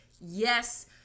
yes